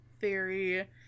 theory